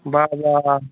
वाह वाह